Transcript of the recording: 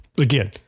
again